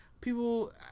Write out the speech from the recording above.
people